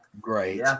Great